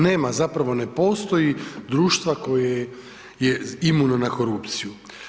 Nema, zapravo ne postoji društva koje je imuno na korupciju.